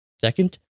Second